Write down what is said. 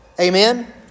Amen